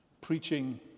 preaching